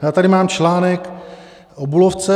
Já tady mám článek o Bulovce.